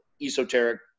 esoteric